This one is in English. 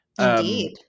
Indeed